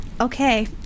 Okay